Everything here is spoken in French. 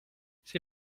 c’est